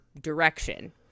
direction